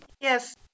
Yes